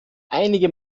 einige